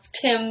Tim